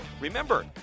remember